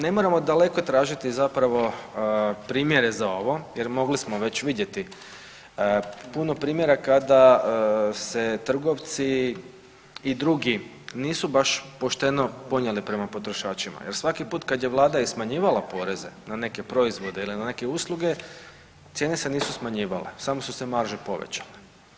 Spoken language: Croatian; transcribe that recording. Ne moramo daleko tražiti zapravo primjere za ovo jer mogli smo već vidjeti puno primjera kada se trgovci i drugi nisu baš pošteno ponijeli prema potrošačima jer svaki put kad je vlada i smanjivala poreze na neke proizvode ili na neke usluge cijene se nisu smanjivale samo su se maže povećale.